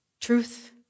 Truth